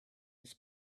his